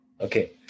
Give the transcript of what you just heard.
Okay